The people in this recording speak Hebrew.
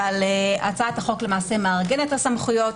אבל הצעת החוק מארגנת את הסמכויות,